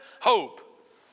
hope